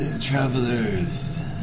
Travelers